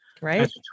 Right